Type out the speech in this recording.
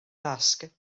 dasg